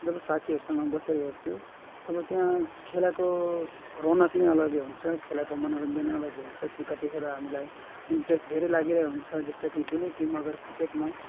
जब साथीहरूसँग बसेर हेर्छु तब त्यहाँ खेलाको रौनक नै अलग्गै हुन्छ खेलाको मनोरञ्जन अलग्गै हुन्छ कि कतिखेर हामीलाई इन्ट्रेस्ट धेरै लागिरहेको हुन्छ जस्तो कि कुनै टिम अगर क्रिकेटमा